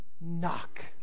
Knock